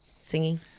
singing